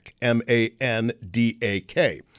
M-A-N-D-A-K